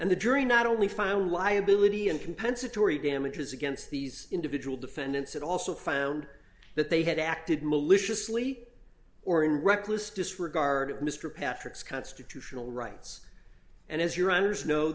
and the jury not only found liability and compensatory damages against these individual defendants it also found that they had acted maliciously or in reckless disregard of mr patrick's constitutional rights and as your others know